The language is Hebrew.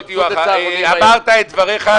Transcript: אמרת את דבריך.